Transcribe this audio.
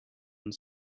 and